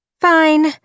Fine